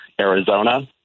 Arizona